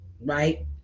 right